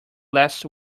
last